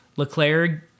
Leclerc